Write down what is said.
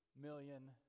million